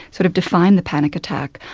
sort of define the panic attack.